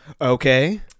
okay